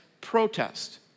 protest